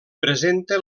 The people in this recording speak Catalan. presenta